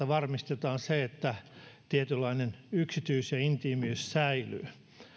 varmistetaan se että tietynlainen yksityisyys ja intiimiys säilyy